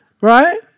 Right